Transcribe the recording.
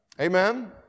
Amen